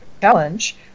challenge